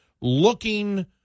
looking